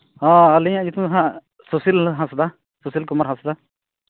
ᱦᱳᱭ ᱟᱹᱞᱤᱧᱟᱜ ᱧᱩᱛᱩᱢ ᱫᱚ ᱦᱟᱸᱜ ᱥᱩᱥᱤᱞ ᱦᱟᱸᱥᱫᱟ ᱥᱩᱥᱤᱞ ᱠᱩᱢᱟᱨ ᱦᱟᱸᱥᱫᱟ